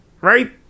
Right